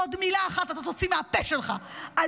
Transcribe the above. עוד מילה אחת אתה תוציא מהפה שלך על